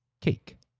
cake